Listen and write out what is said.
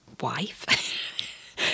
wife